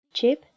Chip